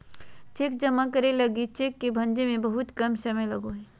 cheque जमा करे लगी लगी चेक के भंजे में बहुत कम समय लगो हइ